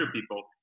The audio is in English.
people